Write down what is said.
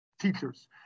teachers